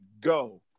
go